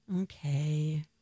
Okay